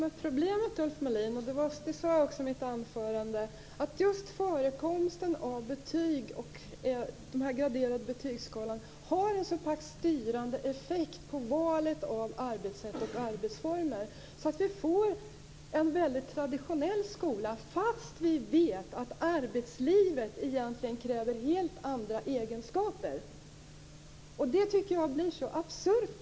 Fru talman! Ulf Melin! Problemet är, som jag sade i mitt anförande, att förekomsten av betyg och graderade betygskalor har en så pass styrande effekt på valet av arbetssätt och arbetsformer att vi får en väldigt traditionell skola trots att vi vet att arbetslivet kräver helt andra egenskaper. Detta tycker jag är absurt.